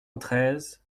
treize